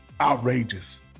outrageous